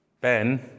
Ben